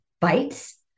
bites